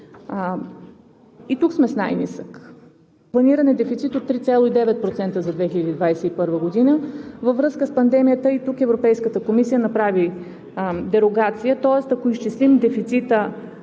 и тук сме с най-нисък. Планиран е дефицит от 3,9% за 2021 г. във връзка с пандемията. И тук Европейската комисия направи дерогация. Тоест, ако изчислим дефицита,